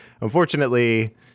unfortunately